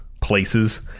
places